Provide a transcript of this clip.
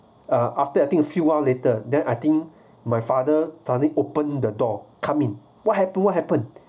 uh after I think few one later then I think my father suddenly open the door come in what happen what happen